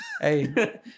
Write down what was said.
Hey